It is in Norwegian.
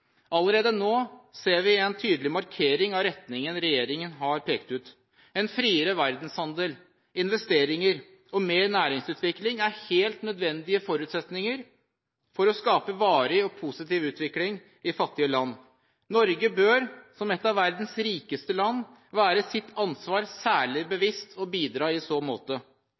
Allerede nå ser vi en tydelig markering av retningen regjeringen har pekt ut. En friere verdenshandel, investeringer og mer næringsutvikling er helt nødvendige forutsetninger for å skape varig og positiv utvikling i fattige land. Norge bør, som et av verdens rikeste land, være seg sitt ansvar særlig bevisst og bidra i så måte.